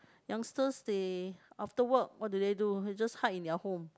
youngsters they after work what do they do they just hide in their home